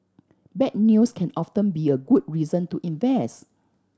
bad news can often be a good reason to invest